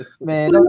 man